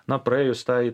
na praėjus tai